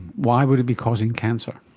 why would it be causing cancer?